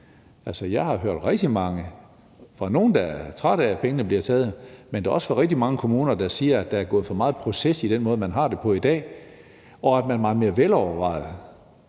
Jeg har hørt fra nogle, der er trætte af, at pengene bliver taget, men jeg har da også hørt fra rigtig mange kommuner, der siger, at der er gået for meget proces i den måde, man har det på i dag, og at man meget mere velovervejet